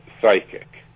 psychic